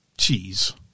cheese